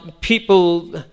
people